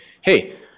hey